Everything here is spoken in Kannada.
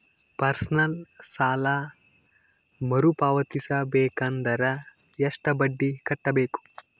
ಪರ್ಸನಲ್ ಸಾಲ ಮರು ಪಾವತಿಸಬೇಕಂದರ ಎಷ್ಟ ಬಡ್ಡಿ ಕಟ್ಟಬೇಕು?